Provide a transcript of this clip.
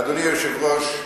אדוני היושב-ראש,